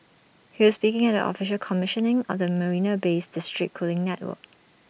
he was speaking at the official commissioning of the marina Bay's district cooling network